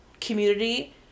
community